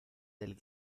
del